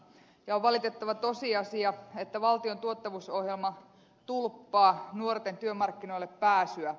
on valitettava tosiasia että valtion tuottavuusohjelma tulppaa nuorten työmarkkinoille pääsyä